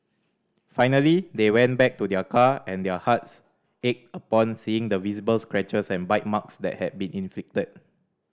finally they went back to their car and their hearts ached upon seeing the visible scratches and bite marks that had been inflicted